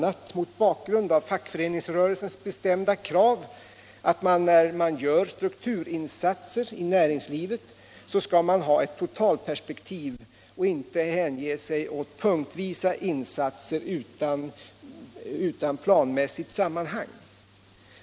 a. mot bakgrund av fackföreningsrörelsens bestämda krav skall man nu när man gör strukturinsatser i näringslivet ha ett totalperspektiv och inte hänge sig åt punktvisa insatser utan planmässigt sammanhang.